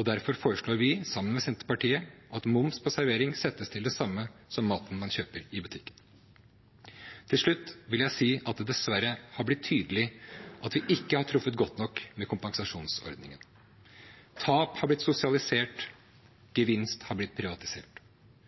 Derfor foreslår vi, sammen med Senterpartiet, at moms på servering settes til det samme som maten man kjøper i butikken. Til slutt vil jeg si at det dessverre har blitt tydelig at vi ikke har truffet godt nok med kompensasjonsordningen. Tap har blitt sosialisert, gevinst har blitt privatisert.